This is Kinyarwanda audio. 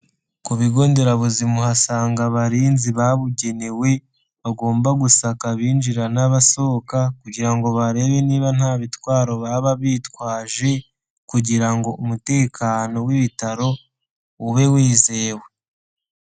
Ku bigo nderabuzima uhasanga abarinzi babugenewe bagomba gusaka abinjirana n'abasohoka kugira ngo barebe niba nta bitwaro baba bitwaje kugira ngo umutekano w'ibitaro ube wizewe.